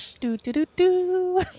Do-do-do-do